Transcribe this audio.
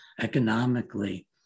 economically